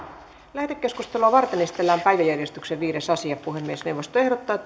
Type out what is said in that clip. lähetekeskustelua varten esitellään päiväjärjestyksen viides asia puhemiesneuvosto ehdottaa